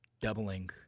doubling